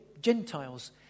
Gentiles